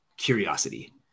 curiosity